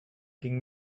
ging